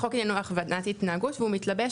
החוק עניינו הכוונת התנהגות והוא מתלבש